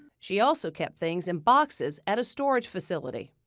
she also kept things in boxes at a storage facility.